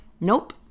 Nope